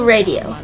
Radio